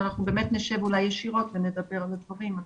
ואנחנו באמת נשב אולי ישירות ונדבר על הדברים.